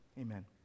amen